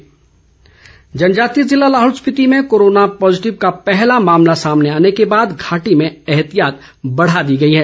Lahaul Spiti corona जनजातीय ज़िला लाहौल स्पीति में कोरोना पॉज़िटिव का पहला मामला सामने आने के बाद घाटी में एहतियात बढ़ा दी गई है